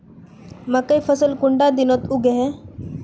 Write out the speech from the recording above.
मकई फसल कुंडा दिनोत उगैहे?